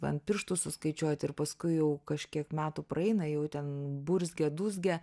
ant pirštų suskaičiuot ir paskui jau kažkiek metų praeina jau ten burzgia dūzgia